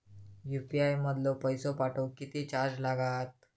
UPI मधलो पैसो पाठवुक किती चार्ज लागात?